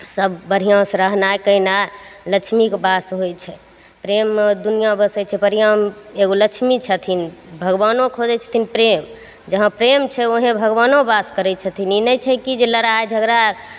सब बढ़िआँसे रहनाइ कएनाइ लक्ष्मीके वास होइ छै प्रेममे दुनिआँ बसै छै बढ़िआँ एगो लक्ष्मी छथिन भगवानो खोजै छथिन प्रेम जहाँ प्रेम छै ओहेँ भगवानो वास करै छथिन ई नहि छै कि जे लड़ाइ झगड़ा